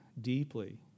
deeply